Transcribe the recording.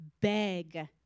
beg